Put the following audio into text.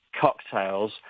cocktails